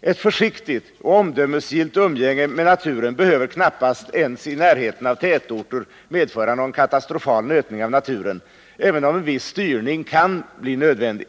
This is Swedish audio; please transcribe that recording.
Ett försiktigt och omdömesgillt umgänge med naturen behöver knappast ens i närheten av tätorter medföra någon katastrofal nötning av naturen, även om en viss styrning kan bli nödvändig.